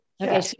Okay